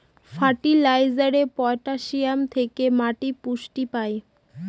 ফার্টিলাইজারে পটাসিয়াম থেকে মাটি পুষ্টি পায়